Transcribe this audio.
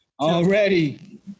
Already